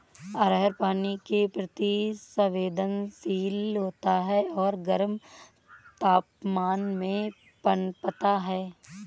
अरहर पानी के प्रति संवेदनशील होता है और गर्म तापमान में पनपता है